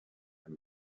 and